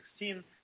2016